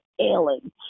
ailing